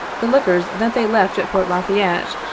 the liquors that they left at fort la fayette,